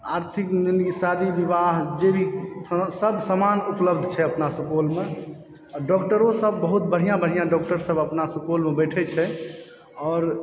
आर्थिक शादी विवाह जे भी सब सामान उपलब्ध छै अपना सुपौलमे आ डॉक्टरो सब बहुत बढ़िया बढ़िया डॉक्टर सब अपना सुपौलमे बैठै छै और